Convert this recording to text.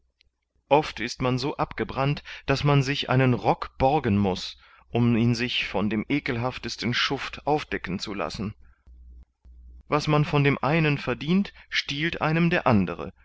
oft ist man so abgebrannt daß man sich einen rock borgen muß um ihn sich von dem ekelhaftesten schuft aufdecken zu lassen was man von dem einen verdient stiehlt einem der andere